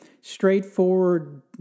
straightforward